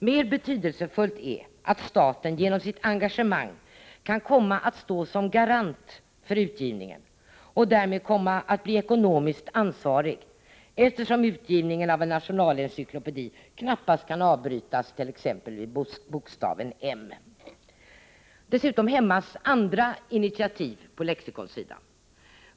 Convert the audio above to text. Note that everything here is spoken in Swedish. Mer betydelsefullt är att staten genom sitt engagemang kan komma att stå som garant för utgivningen och därmed komma att bli ekonomiskt ansvarig, eftersom utgivningen av en nationalencyklopedi knappast kan avbrytas t.ex. vid bokstaven M. Dessutom hämmas andra initiativ på lexikonsidan.